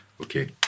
Okay